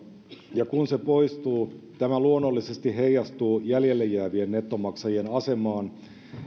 ja kun se poistuu tämä luonnollisesti heijastuu jäljelle jäävien nettomaksajien asemaan